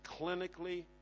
clinically